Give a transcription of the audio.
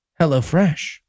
HelloFresh